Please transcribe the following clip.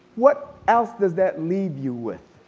what else does that leave you with?